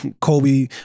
Kobe